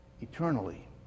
eternally